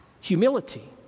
humility